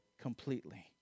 completely